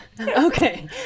okay